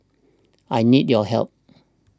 I need your help